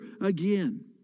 again